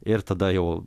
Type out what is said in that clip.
ir tada jau